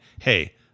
hey